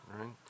right